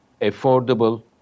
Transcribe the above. affordable